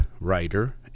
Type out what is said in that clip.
writer